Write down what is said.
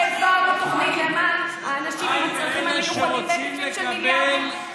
העברנו תוכנית למען אנשים עם צרכים מיוחדים בהיקפים של מיליארדים,